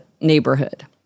neighborhood